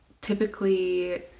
Typically